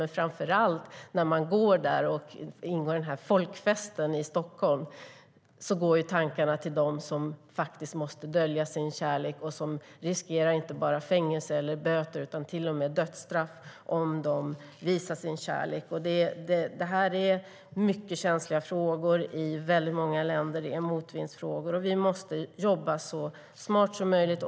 Men när man går där i denna folkfest i Stockholm går tankarna framför allt till dem som faktiskt måste dölja sin kärlek, som riskerar inte bara fängelse eller böter utan till och med dödsstraff om de visar sin kärlek. Detta är mycket känsliga frågor i väldigt många länder. Det är motvindsfrågor, och vi måste jobba så smart som möjligt.